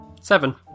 Seven